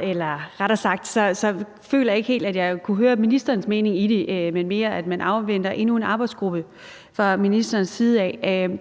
eller rettere sagt føler jeg ikke helt, at jeg kunne høre ministerens mening i det, men mere, at man fra ministerens side afventer endnu en arbejdsgruppe.